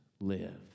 live